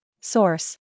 Source